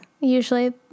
usually